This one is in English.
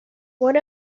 what